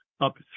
up